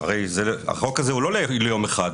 החוק הזה הוא לא ליום אחד,